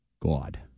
God